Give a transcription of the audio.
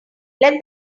let